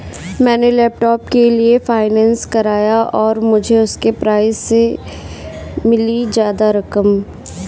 मैंने लैपटॉप के लिए फाइनेंस कराया और मुझे उसके प्राइज से ज्यादा रकम मिली